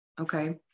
Okay